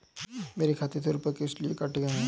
मेरे खाते से रुपय किस लिए काटे गए हैं?